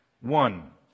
One